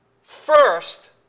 First